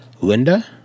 Linda